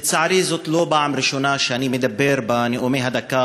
לצערי זאת לא הפעם הראשונה שאני מדבר בנאומי הדקה